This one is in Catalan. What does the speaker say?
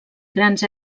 grans